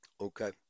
Okay